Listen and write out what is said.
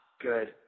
Good